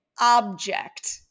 object